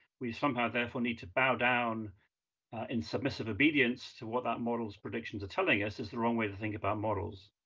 we somehow, therefore, need to bow down in submissive obedience to what that model's predictions are telling us is the wrong way to think about models.